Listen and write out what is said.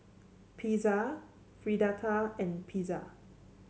Pizza Fritada and Pizza